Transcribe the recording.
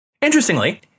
Interestingly